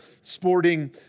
sporting